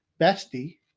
bestie